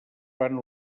van